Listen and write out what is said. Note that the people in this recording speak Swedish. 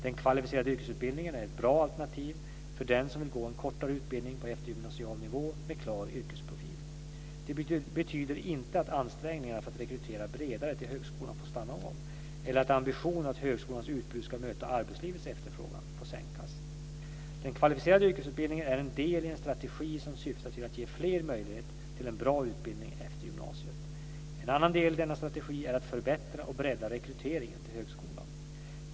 Den kvalificerade yrkesutbildningen är ett bra alternativ för den som vill gå en kortare utbildning på eftergymnasial nivå med klar yrkesprofil. Det betyder inte att ansträngningarna för att rekrytera bredare till högskolan får stanna av, eller att ambitionen att högskolans utbud ska möta arbetslivets efterfrågan får sänkas. Den kvalificerade yrkesutbildningen är en del i en strategi som syftar till att ge flera möjlighet till en bra utbildning efter gymnasiet. En annan del i denna strategi är att förbättra och bredda rekryteringen till högskolan.